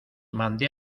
mandé